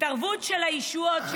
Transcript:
התערבות של הישויות,